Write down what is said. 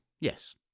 yes